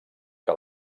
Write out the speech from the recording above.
que